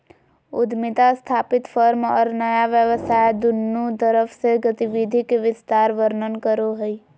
उद्यमिता स्थापित फर्म और नया व्यवसाय दुन्नु तरफ से गतिविधि के विस्तार वर्णन करो हइ